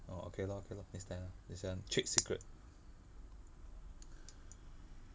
orh okay lor okay lor next time ah this one trade secret